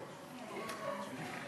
רבותי חברי